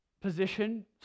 position